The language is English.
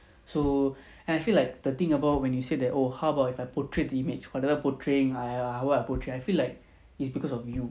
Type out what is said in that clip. so and I feel like the thing about when you say that oh how about if I portrayed image for example portraying I err what portray I feel like it's because of you